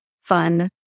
fun